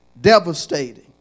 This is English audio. devastating